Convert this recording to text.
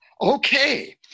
Okay